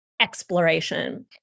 exploration